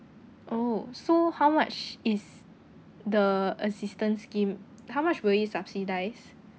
oh so how much is the assistance scheme how much will it subsidise